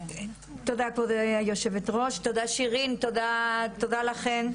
תודה כבוד היושבת ראש, תודה שירין, תודה לכן.